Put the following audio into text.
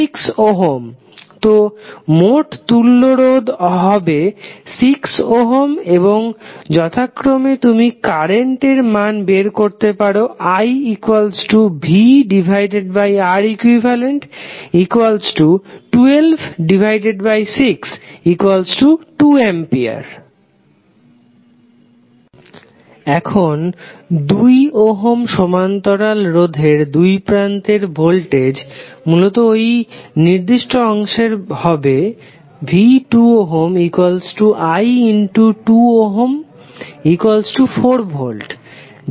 3463636Ω তো মোট তুল্য রোধ হবে 6 ওহম এবং যথাক্রমে তুমি কারেন্টের মান বের করতে পারো iVReq1262A এখন 2 ওহম সমান্তরাল রোধের দুই প্রান্তে ভোল্টেজ মূলত ওই নির্দিষ্ট অংশের হবে v2Ωi2Ω4 V